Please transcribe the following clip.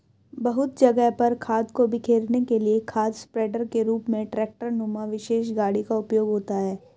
बहुत जगह पर खाद को बिखेरने के लिए खाद स्प्रेडर के रूप में ट्रेक्टर नुमा विशेष गाड़ी का उपयोग होता है